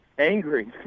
angry